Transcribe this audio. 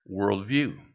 worldview